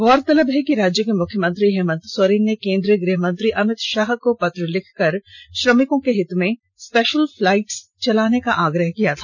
गौरतलब है कि राज्य के मुख्यमंत्री हेमंत सोरन ने केन्द्रीय गृह मंत्री अमित शाह को पत्र लिखकर श्रमिकों के हित में स्पेषल फ्लाईट चलाने का आग्रह किया था